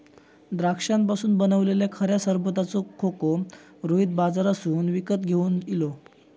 द्राक्षांपासून बनयलल्या खऱ्या सरबताचो खोको रोहित बाजारातसून विकत घेवन इलो